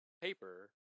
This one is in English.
paper